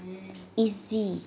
easy